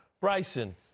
Bryson